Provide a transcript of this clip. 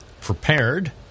prepared